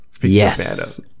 yes